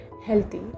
healthy